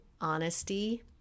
honesty